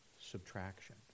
subtraction